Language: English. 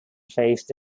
faced